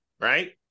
right